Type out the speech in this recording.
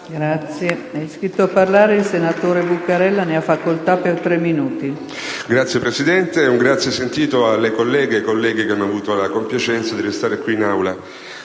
grazie.